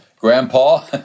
grandpa